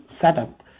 setup